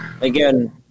again